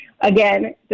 Again